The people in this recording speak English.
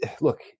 look